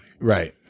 Right